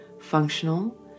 functional